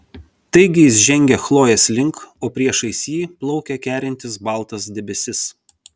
taigi jis žengia chlojės link o priešais jį plaukia kerintis baltas debesis